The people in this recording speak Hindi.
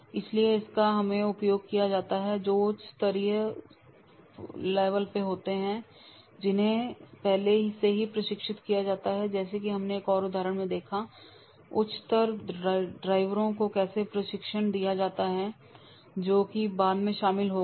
इसलिए इसका हमेशा उपयोग किया जाता है जो कि उच्चतर स्तर पर होते हैं जिन्हें पहले से ही प्रशिक्षित किया जाता है जैसे कि हमने एक और उदाहरण में देखा है कि उच्चतर ड्राइवरों को कैसे प्रशिक्षण दिया जाता था जो कि बाद में शामिल हो गए